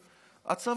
חלופי?